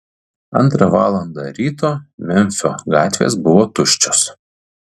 antrą valandą ryto memfio gatvės buvo tuščios